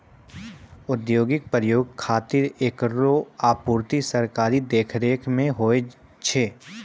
औद्योगिक प्रयोग खातिर एकरो आपूर्ति सरकारी देखरेख म होय छै